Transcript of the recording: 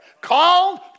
Called